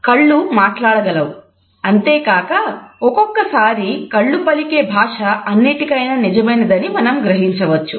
కళ్ళు మాట్లాడగలవు అంతేకాక ఒక్కొక్కసారి కళ్ళు పలికే భాష అన్నిటికన్నా నిజమైనదని మనం గ్రహించవచ్చు